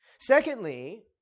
Secondly